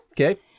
Okay